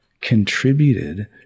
contributed